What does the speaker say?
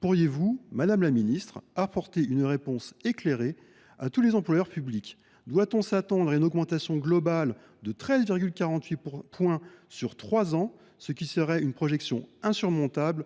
Pourriez vous, madame la ministre, apporter une réponse éclairée à tous les employeurs publics ? Doit on s’attendre à une augmentation globale de 13,48 points sur trois ans, ce qui serait une projection insurmontable